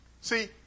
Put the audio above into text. See